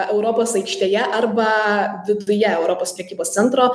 europos aikštėje arba viduje europos prekybos centro